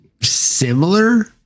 similar